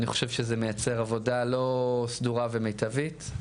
אני חושב שזה מייצר עבודה לא סדורה ומיטבית.